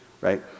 right